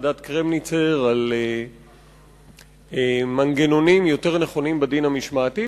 ועדת-קרמניצר על מנגנונים יותר נכונים בדין המשמעתי.